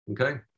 Okay